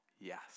yes